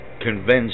convinced